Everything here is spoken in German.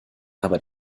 aber